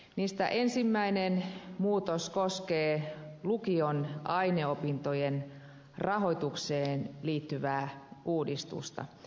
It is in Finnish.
niistä ensimmäinen muutos koskee lukion aineopintojen rahoitukseen liittyvää uudistusta